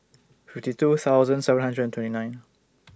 fifty two thousand seven hundred and twenty nine